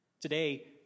Today